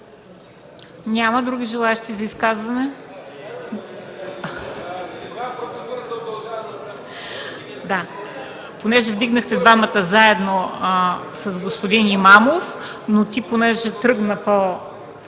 Няма. Други желаещи за изказвания?